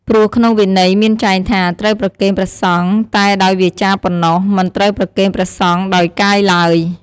ព្រោះក្នុងវិន័យមានចែងថា ត្រូវប្រគេនព្រះសង្ឃតែដោយវាចាប៉ុណ្ណោះ មិនត្រូវប្រគេនព្រះសង្ឃដោយកាយឡើយ។